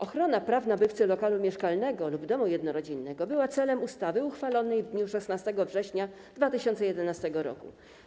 Ochrona praw nabywcy lokalu mieszkalnego lub domu jednorodzinnego była celem ustawy uchwalonej w dniu 16 września 2011 r.